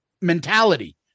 mentality